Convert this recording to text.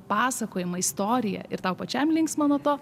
pasakojimą istoriją ir tau pačiam linksma nuo to